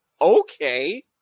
okay